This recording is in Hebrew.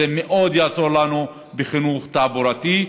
זה מאוד יעזור לנו בחינוך התעבורתי,